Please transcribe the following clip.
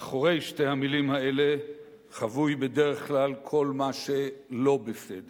מאחורי שתי המלים האלה חבוי בדרך כלל כל מה שלא בסדר".